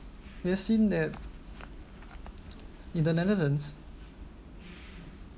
as seen that in the netherlands